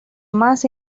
más